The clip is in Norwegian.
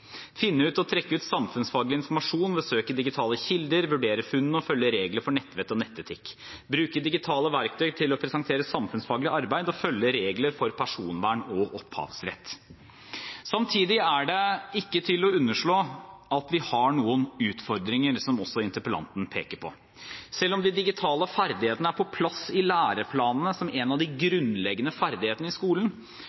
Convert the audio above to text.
trekke ut samfunnsfaglig informasjon ved søk i digitale kilder, vurdere funnene og følge regler for nettvett og nettetikk bruke digitale verktøy til å presentere samfunnsfaglig arbeid og følge regler for personvern og opphavsrett Samtidig er det ikke til å underslå at vi har noen utfordringer, som også interpellanten peker på. Selv om de digitale ferdighetene er på plass i læreplanene som en av de grunnleggende ferdighetene i skolen,